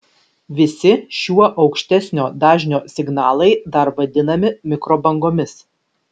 visi šiuo aukštesnio dažnio signalai dar vadinami mikrobangomis